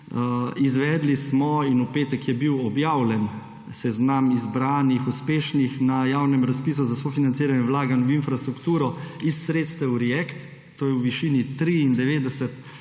Izvedli smo in v petek je bil objavljen seznam izbranih uspešnih na javnem razpisu za sofinanciranje vlaganj v infrastrukturo iz sredstev REACT-EU, to je v višini 93